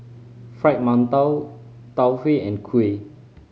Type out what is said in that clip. Fried Mantou Tau Huay and kuih